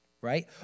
Right